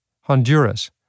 Honduras